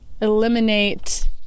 eliminate